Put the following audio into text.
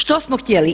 Što smo htjeli?